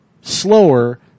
slower